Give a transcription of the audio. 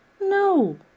No